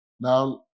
Now